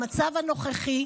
במצב הנוכחי,